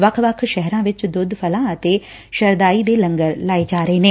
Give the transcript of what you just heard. ਵੱਖ ਵੱਖ ਸ਼ਹਿਰਾਂ ਵਿਚ ਦੁੱਧ ਫ਼ਲਾਂ ਅਤੇ ਸ਼ਰਦਾਈ ਦੇ ਲੰਗਰ ਚਲਾਏ ਜਾ ਰਹੇ ਨੇ